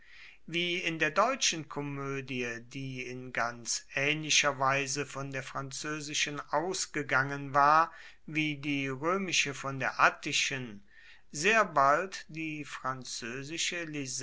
wie in der deutschen komoedie die in ganz aehnlicher weise von der franzoesischen ausgegangen war wie die roemische von der attischen sehr bald die franzoesische